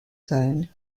zone